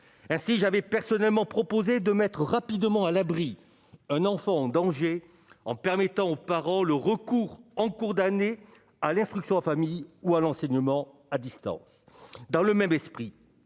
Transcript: ainsi j'avais personnellement proposé de mettre rapidement à l'abri, un enfant en danger en permettant aux parents le recours en cours d'année à l'instruction, en famille ou à l'enseignement à distance, dans le même esprit,